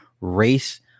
race